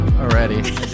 already